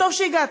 טוב שהגעת.